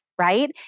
Right